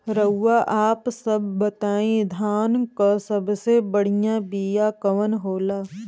रउआ आप सब बताई धान क सबसे बढ़ियां बिया कवन होला?